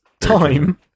time